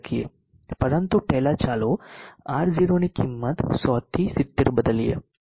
પરંતુ પહેલા ચાલો R0 ની કિંમત 100 થી 70 બદલીએ